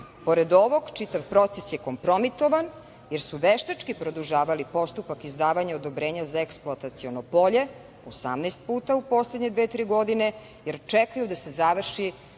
ovog čitav proces je kompromitovan, jer su veštački produžavali postupak izdavanja odobrenja za eksploataciono polje, 18 puta u poslednje dve, tri godine, jer čekaju da se završi